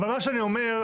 מה שאני אומר,